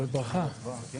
אירוע מרגש עבורי.